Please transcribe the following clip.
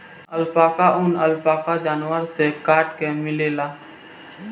alpaca ऊन, alpaca जानवर से काट के मिलेला